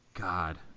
God